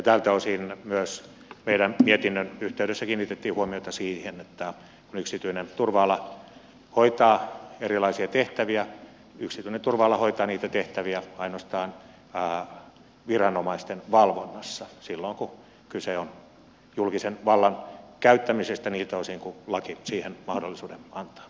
tältä osin myös meidän mietintömme yhteydessä kiinnitettiin huomiota siihen että kun yksityinen turva ala hoitaa erilaisia tehtäviä yksityinen turva ala hoitaa niitä tehtäviä ainoastaan viranomaisten valvonnassa silloin kun kyse on julkisen vallan käyttämisestä niiltä osin kuin laki siihen mahdollisuuden antaa